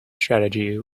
strategy